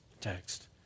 text